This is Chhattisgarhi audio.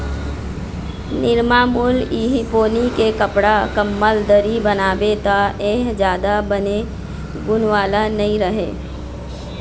निरमामुल इहीं पोनी के कपड़ा, कंबल, दरी बनाबे त ए ह जादा बने गुन वाला नइ रहय